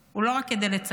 הוא לא רק כדי לציין,